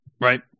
right